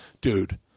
Dude